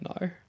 no